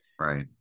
Right